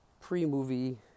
pre-movie